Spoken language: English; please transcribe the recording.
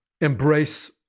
embrace